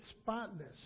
spotless